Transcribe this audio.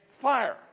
fire